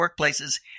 workplaces